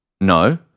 No